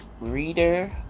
reader